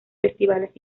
festivales